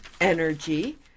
energy